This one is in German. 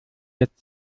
jetzt